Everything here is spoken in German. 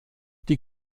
die